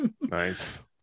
Nice